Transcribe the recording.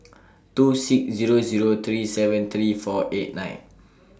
two six Zero Zero three seven three four eight nine